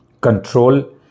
control